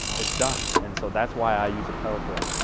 it's done. and so that's why i use a pellet grill.